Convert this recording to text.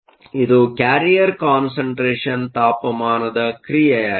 ಆದ್ದರಿಂದ ಇದು carrier concentration carrier concentration ತಾಪಮಾನದ ಕ್ರಿಯೆಯಾಗಿದೆ